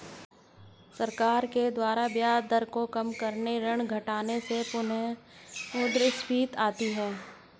सरकार के द्वारा ब्याज दर को काम करने और ऋण घटाने से पुनःमुद्रस्फीति आती है